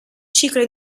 ciclo